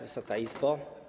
Wysoka Izbo!